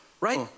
right